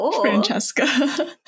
Francesca